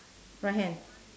right hand